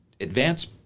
advance